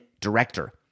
director